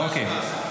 אוקיי.